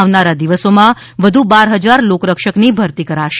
આવનારા દિવસોમાં વધુ બાર હજાર લોકરક્ષકની ભરતી કરાશે